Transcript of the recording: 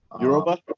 Europa